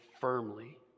firmly